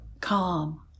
calm